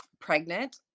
pregnant